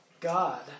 God